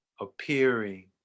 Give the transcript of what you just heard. appearing